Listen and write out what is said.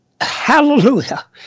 Hallelujah